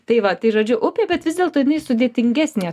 tai va tai žodžiu upė bet vis dėlto jinai sudėtingesnė